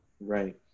Right